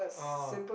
oh